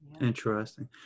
Interesting